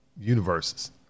universes